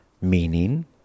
Meaning